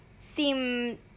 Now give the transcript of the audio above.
seem